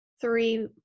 three